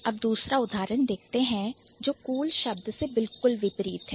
अब दूसरा उदाहरण देखते हैं जो Cool शब्द से बिल्कुल विपरीत है